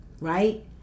right